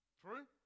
true